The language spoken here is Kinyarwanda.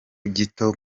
gito